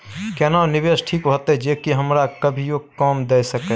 केना निवेश ठीक होते जे की हमरा कभियो काम दय सके?